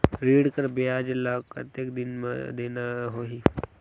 ऋण कर ब्याज ला कतेक दिन मे देना होही?